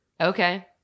okay